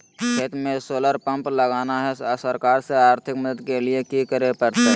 खेत में solar pump लगाना है, सरकार से आर्थिक मदद के लिए की करे परतय?